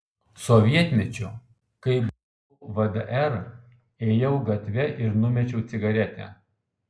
sovietmečiu kai buvau vdr ėjau gatve ir numečiau cigaretę